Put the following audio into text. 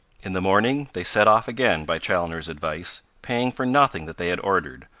in the morning they set off again by chaloner's advice, paying for nothing that they had ordered,